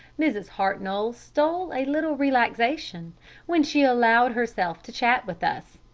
mrs. hartnoll stole a little relaxation when she allowed herself to chat with us,